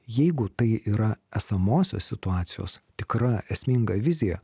jeigu tai yra esamosios situacijos tikra esminga vizija